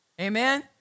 Amen